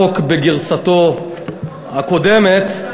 אני יודע כמה לא פופולרי היה החוק בגרסתו הקודמת,